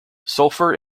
sulphur